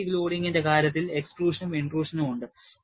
fatigue ലോഡിംഗിന്റെ കാര്യത്തിൽ എക്സ്ട്രൂഷനും ഇന്റട്രൂഷനും ഉണ്ട്